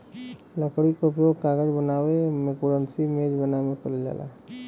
लकड़ी क उपयोग कागज बनावे मेंकुरसी मेज बनावे में करल जाला